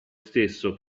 stesso